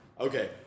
Okay